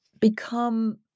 become